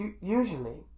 usually